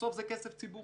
בסוף זה כסף ציבורי.